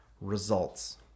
results